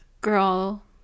Girl